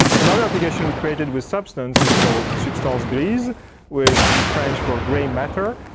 another application we created with substance is called substance grise which is french for gray matter